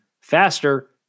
faster